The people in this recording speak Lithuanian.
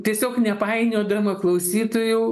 tiesiog nepainiodama klausytojų